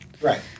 right